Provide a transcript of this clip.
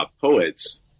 poets